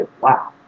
wow